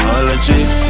Allergy